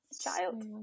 child